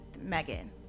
Megan